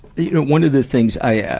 you know, one of the things i, yeah